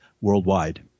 worldwide